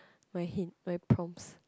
my hint my prompts